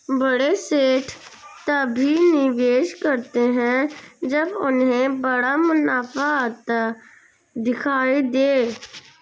बड़े सेठ तभी निवेश करते हैं जब उन्हें बड़ा मुनाफा आता दिखाई दे